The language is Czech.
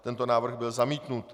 Tento návrh byl zamítnut.